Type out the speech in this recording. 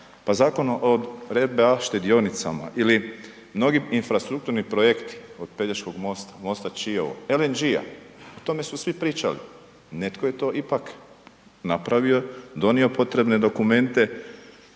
Pa Zakon o RBA štedionicama ili mnogi infrastrukturni projekti, od Pelješkog mosta, mosta Čiovo, LNG-a, o tome su svi pričali, netko je to ipak napravio, donio potrebne dokumente